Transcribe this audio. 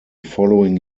following